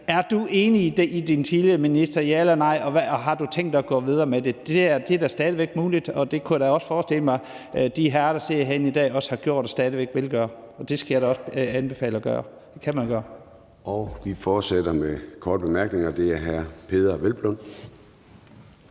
Er du enig med den tidligere minister, ja eller nej? Og har du tænkt dig at gå videre med det? Det er da stadig væk muligt, og det kunne jeg da også forestille mig at de herrer, der sidder herinde i dag, også har gjort og stadig væk vil gøre, og det skal jeg da også anbefale at gøre. Det kan man gøre. Kl. 10:12 Formanden (Søren Gade): Vi fortsætter med de korte bemærkninger, og det er hr. Peder Hvelplund